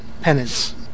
Penance